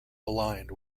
aligned